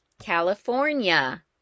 California